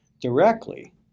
directly